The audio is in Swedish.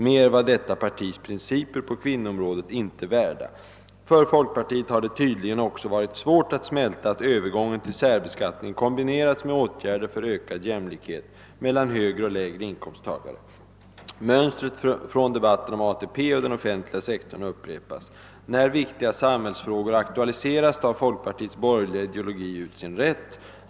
Mer var detta partis principer på kvinnoområdet inte värda. För Folkpartiet har det tydligen också varit svårt att smälta att övergången till särbeskattning kombinerats med åtgärder för ökad jämlikhet mellan högre och lägre inkomsttagare. Mönstret från debatten om ATP och den offentliga sektorn upprepas. När viktiga samhällsfrågor aktualiseras tar Folkpartiets borgerliga ideologi ut sin rätt.